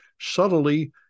subtly